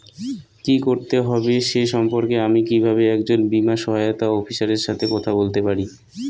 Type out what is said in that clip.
কী করতে হবে সে সম্পর্কে আমি কীভাবে একজন বীমা সহায়তা অফিসারের সাথে কথা বলতে পারি?